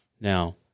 Now